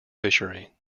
fishery